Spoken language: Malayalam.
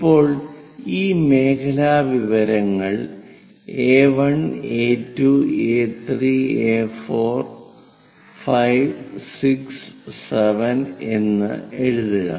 ഇപ്പോൾ ഈ മേഖലാ വിവരങ്ങൾ A1 A2 A3 A4 5 6 7 എന്ന് എഴുതുക